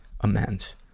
amends